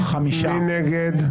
מי נמנע?